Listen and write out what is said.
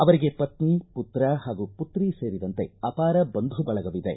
ಅವರಿಗೆ ಪತ್ನಿ ಪುತ್ರ ಹಾಗೂ ಪುತ್ರಿ ಸೇರಿದಂತೆ ಅಪಾರ ಬಂಧು ಬಳಗವಿದೆ